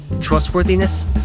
trustworthiness